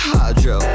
Hydro